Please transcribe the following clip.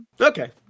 Okay